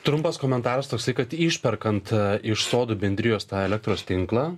trumpas komentaras toksai kad išperkant iš sodų bendrijos tą elektros tinklą